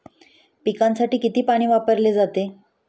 पिकांसाठी किती पाणी वापरले जाते?